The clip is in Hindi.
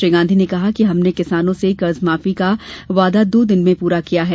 श्री गांधी ने कहा कि हमने किसानों ने कर्ज माफी का वायदा दो दिन में पूरा किया है